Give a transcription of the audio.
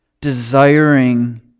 desiring